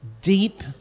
deep